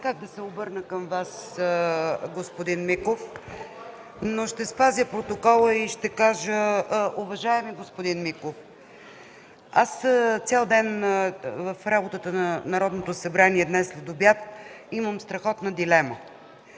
Аз цял ден в работата на Народното събрание днес след обяд имам страхотна дилема.